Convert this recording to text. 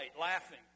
laughing